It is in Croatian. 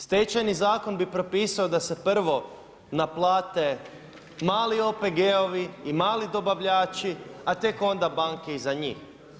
Stečajni zakon bi propisao da se prvo naplate mali OPG-ovi i mali dobavljači, a tek onda banke iza njih.